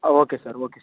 ಹಾಂ okay sir okay sir